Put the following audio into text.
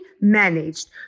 managed